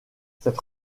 cette